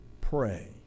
Pray